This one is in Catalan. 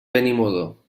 benimodo